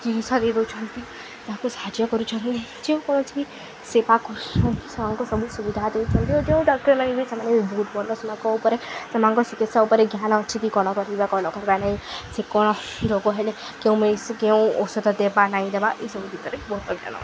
ଜିନିଷ ଦେଇଦଉଛନ୍ତି ତାକୁ ସାହାଯ୍ୟ କରୁଛନ୍ତି ଯେଉଁ କୌଣସି ବି ସେବା ସେମାନଙ୍କ ସବୁ ସୁବିଧା ଦେଉଛନ୍ତି ଓ ଯେଉଁ ଡାକ୍ତର ବି ସେମାନେ ବି ବହୁତ ଭଲ ସେମାନଙ୍କ ଉପରେ ସେମାନଙ୍କ ଚିକିତ୍ସା ଉପରେ ଜ୍ଞାନ ଅଛି କି କ'ଣ କରିବା କ'ଣ କରିବା ନାହିଁ ସେ କ'ଣ ରୋଗ ହେଲେ କେଉଁ ମେଡ଼ିସିନ୍ କେଉଁ ଔଷଧ ଦେବା ନାହିଁ ଦେବା ଏହି ସବୁ ଭିତରେ ବହୁ ଜ୍ଞାନ ଅଛି